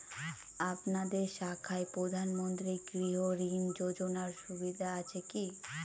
আপনাদের শাখায় প্রধানমন্ত্রী গৃহ ঋণ যোজনার সুবিধা আছে কি?